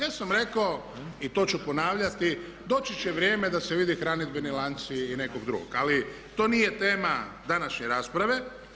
Ja sam rekao i to ću ponavljati, doći će vrijeme da se vidi hranidbeni lanci i nekog drugog ali to nije tema današnje rasprave.